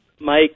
Mike